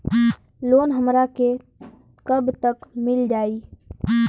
Loan हमरा के कब तक मिल जाई?